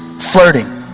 flirting